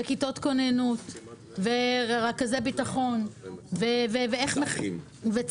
על כיתות כוננות, על רכזי ביטחון ועל צ"חים.